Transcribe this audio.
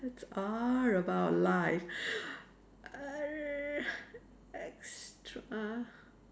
it's all about life err extra